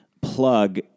plug